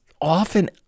often